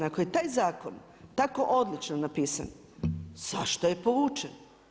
Ako je taj zakon tako odlično napisan, zašto je povučen?